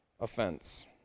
offense